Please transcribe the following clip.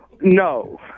No